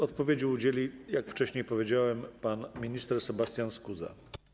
Odpowiedzi udzieli, jak wcześniej powiedziałem, pan minister Sebastian Skuza.